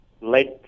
late